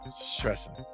Stressing